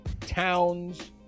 towns